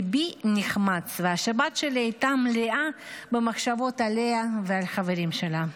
ליבי נחמץ והשבת שלי הייתה מלאה במחשבות עליה ועל חברים שלה.